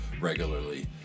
regularly